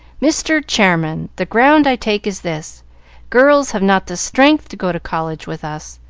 mr. chairman, the ground i take is this girls have not the strength to go to college with us.